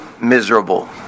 miserable